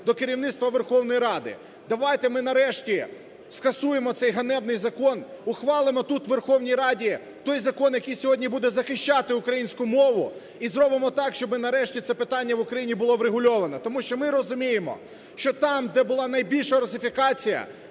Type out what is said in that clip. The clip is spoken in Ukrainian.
до керівництва Верховної Ради: давайте ми нарешті скасуємо цей ганебний закон, ухвалимо тут, у Верховній Раді, той закон, який сьогодні буде захищати українську мову, і зробимо так, щоб нарешті це питання в Україні було врегульовано. Тому що ми розуміємо, що там, де була найбільша русифікація,